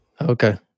Okay